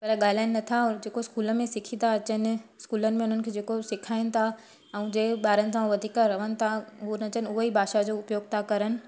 पर ॻाल्हाइनि नथा और जेको स्कूल में सिखी था अचनि स्कूलनि में हुननि खे जेको सिखायनि ता ऐं जंहिं ॿारनि सां वधीक रहनि था उहे हुन जन उहेई भाषा जो उपयोग था कनि